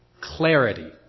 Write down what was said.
clarity